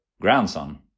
grandson